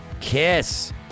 Kiss